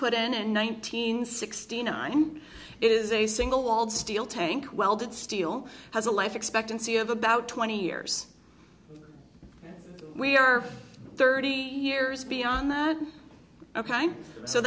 put in in nineteen sixteen i think it is a single walled steel tank welded steel has a life expectancy of about twenty years we are thirty years beyond that ok so